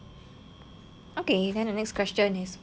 okay then the next question is